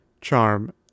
charm